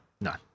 None